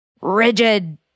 rigid